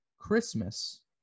Christmas